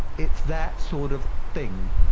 it's that sort of thing.